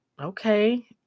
okay